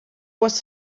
was